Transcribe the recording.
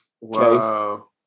Wow